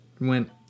went